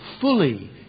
fully